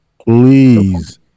Please